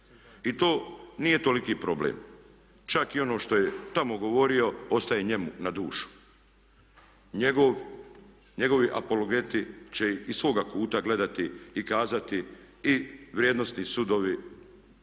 I to nije toliki problem. Čak i ono što je tamo govorio ostaje njemu na dušu. Njegovi apologeti će iz svoga kuta gledati i kazati i vrijednosni sudovi